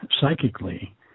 psychically